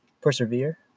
persevere